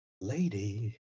Lady